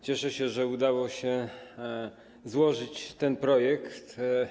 Cieszę się, że udało się złożyć ten projekt.